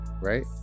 right